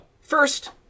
first